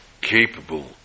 capable